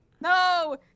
No